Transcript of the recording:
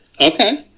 Okay